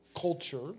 culture